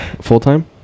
full-time